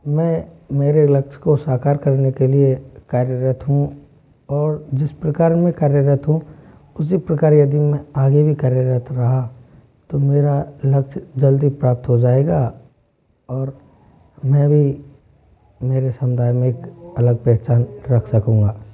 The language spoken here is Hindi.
मैं मेरे लक्ष्य को साकार करने के लिए कार्यरत हूँ और जिस प्रकार मैं कार्यरत हुँ उसी प्रकार यदि मै आगे भी कार्यरत रहा तो मेरा लक्ष्य जल्दी प्राप्त हो जाएगा और मैं भी मेरे समुदाय में एक अलग पहचान रख सकूँगा